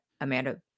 Amanda